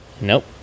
Nope